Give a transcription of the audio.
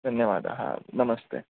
धन्यवादाः नमस्ते